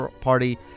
Party